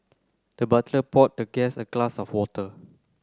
the butler poured the guest a glass of water